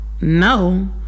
No